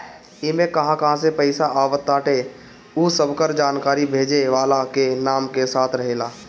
इमे कहां कहां से पईसा आवताटे उ सबकर जानकारी भेजे वाला के नाम के साथे रहेला